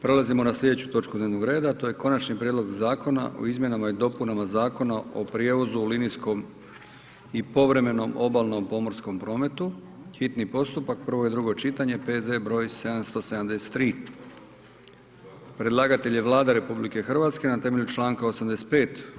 Prelazimo na slijedeću točku dnevnog reda a to je: - Konačni prijedlog zakona o izmjenama i dopunama Zakona o prijevozu u linijskom i povremenom obalnom pomorskom prometu, hitni postupak, prvo i drugo čitanje, P.Z. br. 773 Predlagatelj je Vlada RH na temelju članka 85.